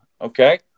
okay